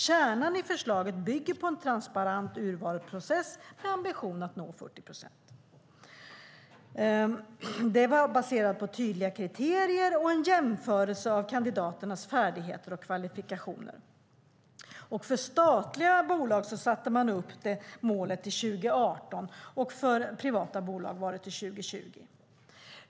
Kärnan i förslaget bygger på en transparent urvalsprocess med ambition att nå 40 procent. Det var baserat på tydliga kriterier och en jämförelse av kandidaternas färdigheter och kvalifikationer. För statliga bolag satte man upp målet till 2018 och för privata bolag till 2020.